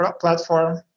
platform